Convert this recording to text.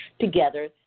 together